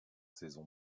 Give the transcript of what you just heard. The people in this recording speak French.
saison